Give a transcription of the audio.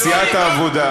על סיעת העבודה.